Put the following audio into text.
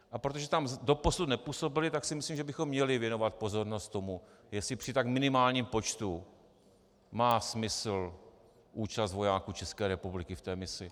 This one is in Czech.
A protože tam doposud nepůsobili, tak si myslím, že bychom měli věnovat pozornost tomu, jestli při tak minimálním počtu má smysl účast vojáků České republiky v té misi.